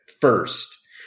first